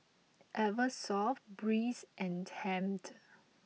Eversoft Breeze and Tempt